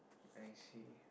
I see